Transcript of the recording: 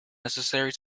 necessary